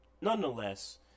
nonetheless